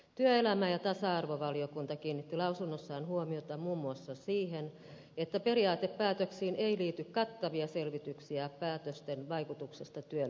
työelämä ja tasa arvovaliokunta kiinnitti lausunnossaan huomiota muun muassa siihen että periaatepäätöksiin ei liity kattavia selvityksiä päätösten vaikutuksista työllisyyteen